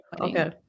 Okay